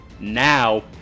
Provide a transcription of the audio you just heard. Now